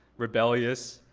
rebellious,